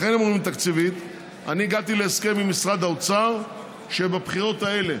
לכן הם אומרים "תקציבית" אני הגעתי להסכם עם משרד האוצר שבבחירות האלה